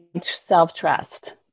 self-trust